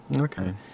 okay